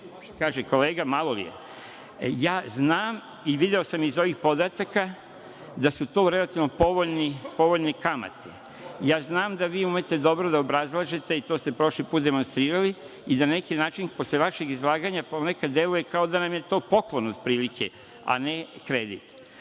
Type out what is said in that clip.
kaže kolega, malo li je? Znam i video sam iz ovih podataka da su to relativno povoljne kamate. Znam da umete dobro da obrazlažete, što ste prošli put demonstrirali, i da na neki način posle vašeg izlaganja nekada deluje kao da nam je to poklon otprilike, a ne